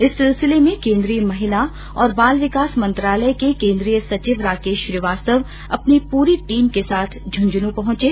इस सिलसिले में केंद्रीय महिला और बाल विकास मंत्रालय के केंद्रीय सचिव राकेश श्रीवास्वत अपनी पूरी टीम के साथ झुंझुनूं पहुंचे